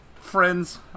Friends